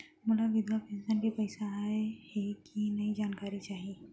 मोला विधवा पेंशन के पइसा आय हे कि नई जानकारी चाही?